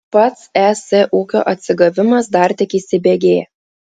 pats es ūkio atsigavimas dar tik įsibėgėja